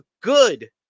good